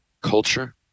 culture